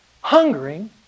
hungering